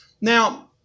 Now